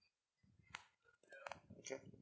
okay